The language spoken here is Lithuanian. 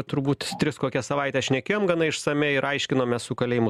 turbūt tris kokias savaites šnekėjom gana išsamiai ir aiškinomės su kalėjimų